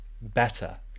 better